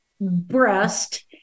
breast